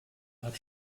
hat